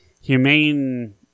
humane